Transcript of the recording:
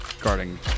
guarding